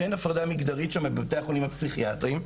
שאין הפרדה מגדרית בבתי החולים הפסיכיאטריים.